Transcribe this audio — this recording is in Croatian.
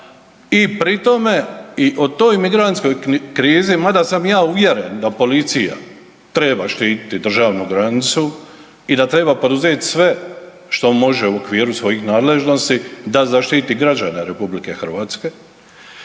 i pri tome i o toj migrantskoj krizi mada sam ja uvjeren da policija treba štititi državnu granicu i da treba poduzeti sve što može u okviru svojih nadležnosti da zaštiti građane RH, ali činjenica